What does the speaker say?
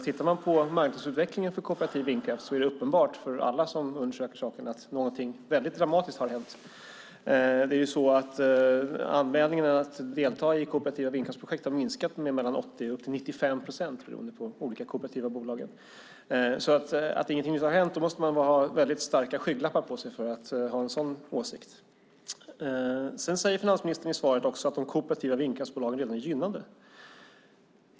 Tittar man på marknadsutvecklingen för kooperativ vindkraft är det uppenbart för alla som undersöker saken att något dramatiskt har hänt. Anmälningarna för att delta i kooperativa vindkraftsprojekt har minskat med från 80 upp till 95 procent i de olika kooperativa bolagen. Man måste alltså ha rejäla skygglappar på sig för att tycka att inget har hänt. I svaret sade också finansministern att de kooperativa vindkraftverken redan är gynnade.